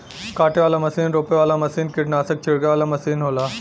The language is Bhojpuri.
काटे वाला मसीन रोपे वाला मसीन कीट्नासक छिड़के वाला मसीन होला